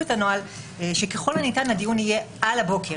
את הנוהל שככל הניתן הדיון יהיה על הבוקר.